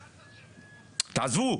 תעזבו.